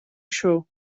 show